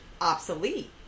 obsolete